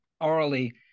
orally